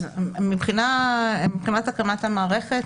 מבחינת הקמת המערכת,